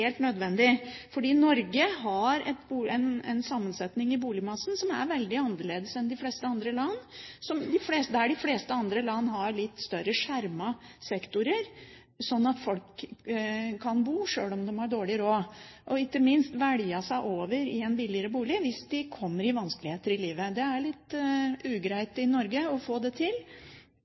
nødvendig, fordi Norge har en sammensetning i boligmassen som er veldig annerledes enn i de fleste andre land. De fleste andre land har litt større skjermede sektorer sånn at folk kan bo sjøl om de har dårlig råd, og ikke minst velge seg over i en billigere bolig hvis de kommer i vanskeligheter i livet. Det er litt ugreit i Norge å få det til,